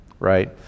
Right